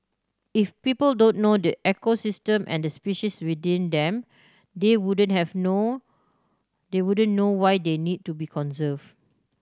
if people don't know the ecosystem and the species within them they wouldn't have know they wouldn't know why they need to be conserved